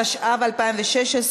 התשע"ה 2016,